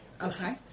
Okay